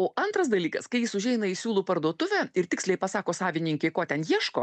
o antras dalykas kai jis užeina į siūlų parduotuvę ir tiksliai pasako savininkei ko ten ieško